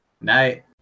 Night